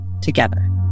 together